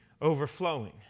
overflowing